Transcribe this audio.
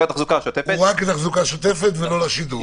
הוא רק לתחזוקה שוטפת ולא לשדרוג.